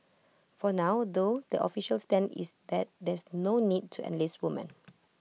for now though the official stand is that there's no need to enlist woman